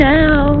now